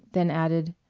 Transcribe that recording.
then added,